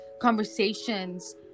conversations